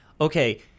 okay